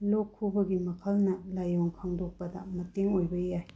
ꯂꯣꯛ ꯈꯨꯕꯒꯤ ꯃꯈꯜꯅ ꯂꯥꯏꯑꯣꯡ ꯈꯪꯗꯣꯛꯄꯗ ꯃꯇꯦꯡ ꯑꯣꯏꯕ ꯌꯥꯏ